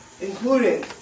including